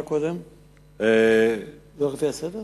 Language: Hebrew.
קודם שאילתא 107. זה לא הולך לפי הסדר?